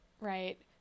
Right